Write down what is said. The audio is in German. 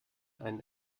einen